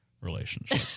relationship